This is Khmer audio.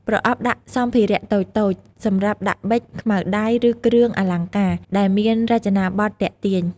ប្រអប់ដាក់សម្ភារៈតូចៗ សម្រាប់ដាក់ប៊ិច ខ្មៅដៃ ឬគ្រឿងអលង្ការ ដែលមានរចនាបថទាក់ទាញ។